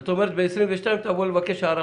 זאת אומרת, ב-2022 תבוא לבקש הארכה.